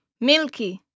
Milky